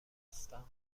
هستم